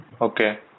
Okay